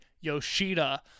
yoshida